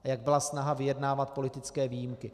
A jak byla snaha vyjednávat politické výjimky.